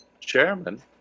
chairman